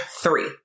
three